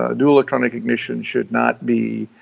ah dual electronic ignition should not be